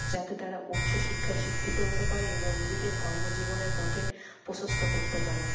যাতে তারা উচ্চ শিক্ষায় শিক্ষিত হতে পারে এবং নিজেদের কর্মজীবনের পথে প্রশস্ত করতে পারে